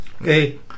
Hey